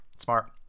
smart